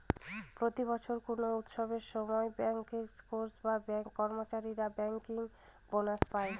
প্রতি বছর কোনো উৎসবের সময় ব্যাঙ্কার্স বা ব্যাঙ্কের কর্মচারীরা ব্যাঙ্কার্স বোনাস পায়